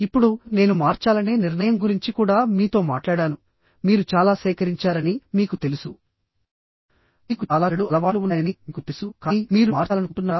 ఇప్పుడు నేను మార్చాలనే నిర్ణయం గురించి కూడా మీతో మాట్లాడాను మీరు చాలా సేకరించారని మీకు తెలుసు మీకు చాలా చెడు అలవాట్లు ఉన్నాయని మీకు తెలుసు కానీ మీరు మార్చాలనుకుంటున్నారా